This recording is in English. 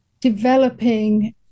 developing